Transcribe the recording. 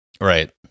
Right